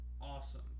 awesome